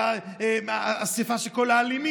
על איסוף של כל האלימים.